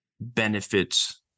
benefits